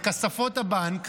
בכספות הבנק,